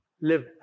Live